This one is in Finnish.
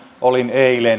olin